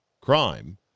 crime